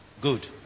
Good